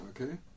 okay